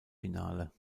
finale